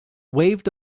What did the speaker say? waved